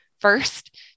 first